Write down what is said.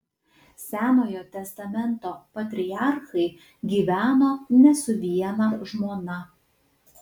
senojo testamento patriarchai gyveno ne su viena žmona